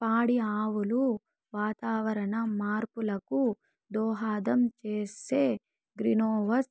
పాడి ఆవులు వాతావరణ మార్పులకు దోహదం చేసే గ్రీన్హౌస్